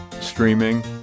streaming